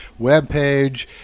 webpage